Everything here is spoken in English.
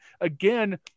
again